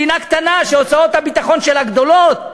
מדינה קטנה שהוצאות הביטחון שלה גדולות,